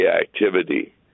activity